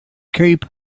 keep